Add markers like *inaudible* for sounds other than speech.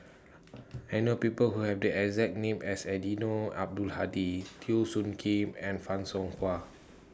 *noise* I know People Who Have The exact name as Eddino Abdul Hadi *noise* Teo Soon Kim and fan Shao Hua